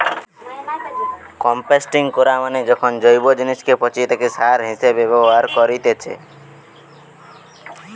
composting করা মানে যখন জৈব জিনিসকে পচিয়ে তাকে সার হিসেবে ব্যবহার করেতিছে